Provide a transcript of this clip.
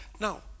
Now